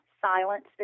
silence